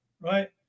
right